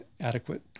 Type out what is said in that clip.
adequate